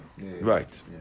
Right